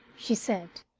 she said.